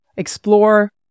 explore